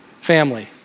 family